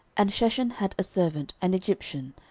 and sheshan had a servant, an egyptian,